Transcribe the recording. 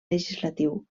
legislatiu